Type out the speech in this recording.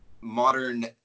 modern